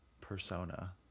persona